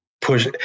push